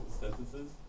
sentences